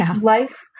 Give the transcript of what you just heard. life